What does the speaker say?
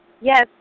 Yes